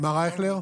מר אייכלר,